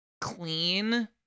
clean